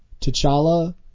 T'Challa